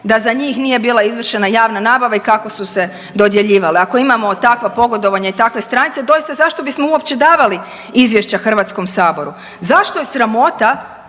da za njih nije bila izvršena javna nabava i kako su se dodjeljivale. Ako imamo takva pogodovanja i takve stranice, doista zašto bismo uopće davali izvješća Hrvatskom saboru? Zašto je sramota